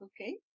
okay